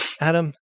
Adam